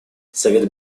совет